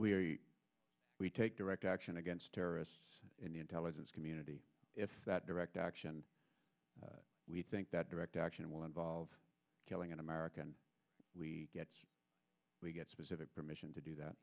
we take direct action against terror in the intelligence community if that direct action we think that direct action will involve killing an american we will get specific permission to do that